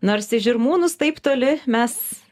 nors į žirmūnus taip toli mes